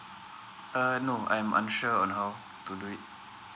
err no I'm unsure on how to do it